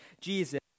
Jesus